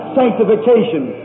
sanctification